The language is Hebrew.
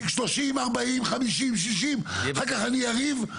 מצ'ינג 30-40-50-60 אחר כך אני אריב,